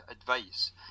advice